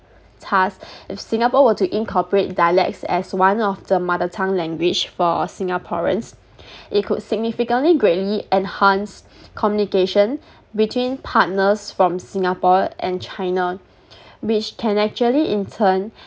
thus if singapore were to incorporate dialects as one of the mother tongue language for singaporeans it could significant greatly enhance communication between partners from singapore and china which can actually in turn